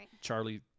Charlie